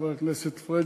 חבר הכנסת פריג',